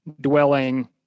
dwelling